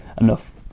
enough